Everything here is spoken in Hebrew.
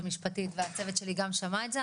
המשפטית והצוות שלי גם שמע את זה,